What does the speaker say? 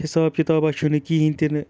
حِساب کِتابہ چھُنہٕ کِہیٖنۍ تِنہٕ